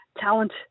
talent